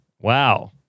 Wow